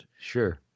Sure